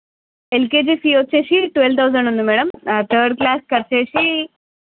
LKG fee వచ్చేసి twelve thousand ఉంది madam third class కు వచ్చేసి